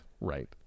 right